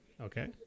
Okay